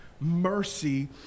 mercy